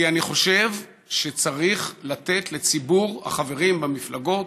כי אני חושב שצריך לתת לציבור החברים במפלגות,